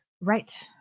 Right